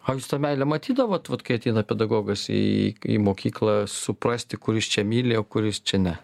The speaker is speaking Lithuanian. o jūs tą meilę matydavot vat kai ateina pedagogas į į mokyklą suprasti kuris čia myli o kuris čia ne